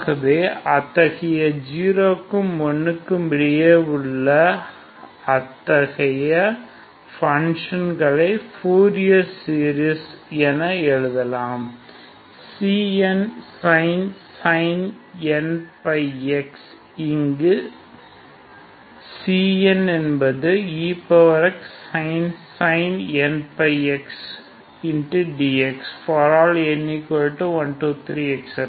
ஆகவே அத்தகைய 0 க்கும் 1 க்கும் இடையே உள்ள அத்தகைய ஃப்பங்க்ஷன்ளை ஃப்பூரியர் சீரிஸ் என எழுதலாம் Cnsin nπx where Cns are exsin nπx dx∀ n123